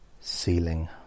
Ceiling